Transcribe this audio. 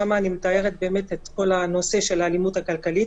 שם אני מתארת את כל נושא האלימות הכלכלית,